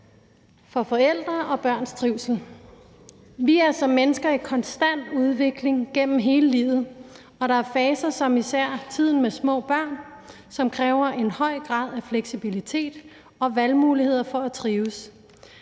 for forældre og børns trivsel. Vi er som mennesker i konstant udvikling gennem hele livet, og der er faser som især tiden med små børn, som kræver en høj grad af fleksibilitet og valgmuligheder, for at vi trives,